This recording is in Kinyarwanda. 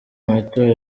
matora